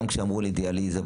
אמרו לי דיאליזה,